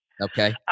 Okay